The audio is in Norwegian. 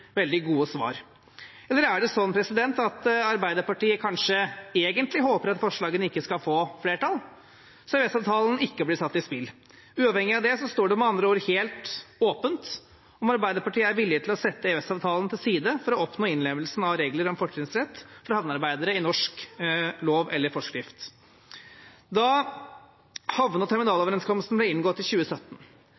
veldig gode svar. Eller er det sånn at Arbeiderpartiet egentlig håper at forslagene ikke skal få flertall, så EØS-avtalen ikke blir satt i spill? Uavhengig av det står det m.a.o. helt åpent om Arbeiderpartiet er villig til å sette EØS-avtalen til side for å oppnå innlemmelsen av regler om fortrinnsrett for havnearbeidere i norsk lov eller forskrift. Da havne- og